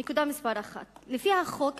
נקודה מס' 1: לפי החוק הזה,